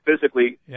physically